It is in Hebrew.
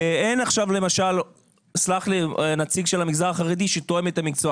ואין למשל נציג של המגזר החרדי שתואם את המקצוע